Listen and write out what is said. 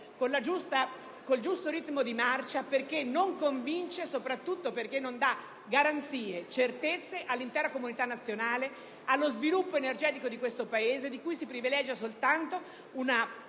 con il giusto ritmo di marcia. Il provvedimento non convince soprattutto perché non dà garanzie e certezze all'intera comunità nazionale e allo sviluppo energetico del Paese, di cui si privilegia soltanto una